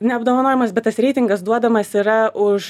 ne apdovanojamas bet tas reitingas duodamas yra už